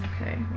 Okay